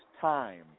time